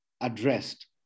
addressed